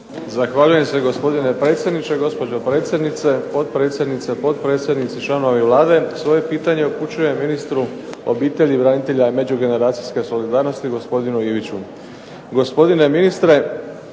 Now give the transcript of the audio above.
Zahvaljujem se, gospodine predsjedniče. Gospođo predsjednice. Potpredsjednice, potpredsjednici, članovi Vlade. Svoje pitanje upućujem ministru obitelji, branitelja i međugeneracijske solidarnosti, gospodinu Iviću.